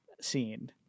scene